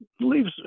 Leaves